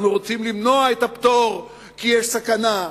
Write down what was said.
אנחנו רוצים למנוע את הפטור כי יש סכנה.